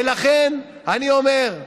ולכן אני אומר: